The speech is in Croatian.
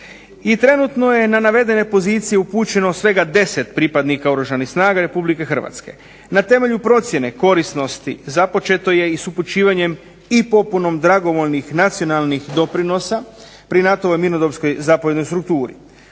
trenutno je na navedene pozicije upućeno svega 10 pripadnika Oružanih snaga Republike Hrvatske. Na temelju procjene korisnosti započeto je i s upućivanjem i popunom dragovoljnih nacionalnih doprinosa pri NATO-ovoj mirnodopskoj zapovjednoj strukturi.